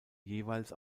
jeweils